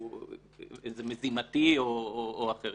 שהוא מזימתי או משהו אחר.